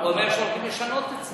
הוא אומר שהולכים לשנות את זה.